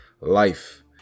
life